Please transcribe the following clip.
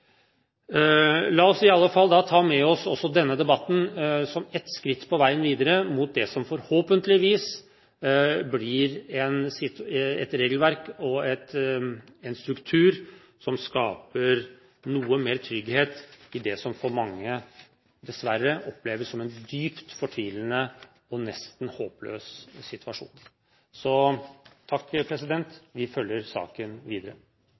La oss i alle fall ta med oss også denne debatten som et skritt på veien videre mot det som forhåpentligvis blir et regelverk og en struktur som skaper noe mer trygghet i det som for mange dessverre oppleves som en dypt fortvilende og nesten håpløs situasjon. Vi følger saken videre.